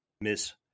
Miss